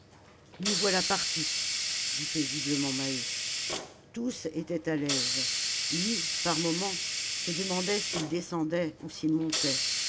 nous voilà partis dit paisiblement maheu tous étaient à l'aise lui par moments se demandait s'il descendait ou s'il montait